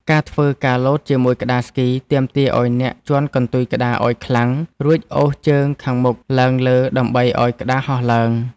ការធ្វើការលោតជាមួយក្ដារស្គី ទាមទារឱ្យអ្នកជាន់កន្ទុយក្ដារឱ្យខ្លាំង រួចអូសជើងខាងមុខឡើងលើដើម្បីឱ្យក្ដារហោះឡើង។